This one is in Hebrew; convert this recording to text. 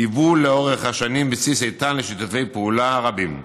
היוו לאורך השנים בסיס איתן לשיתופי פעולה רבים.